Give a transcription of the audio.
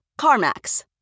CarMax